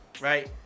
right